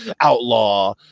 outlaw